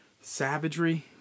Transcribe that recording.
savagery